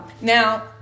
now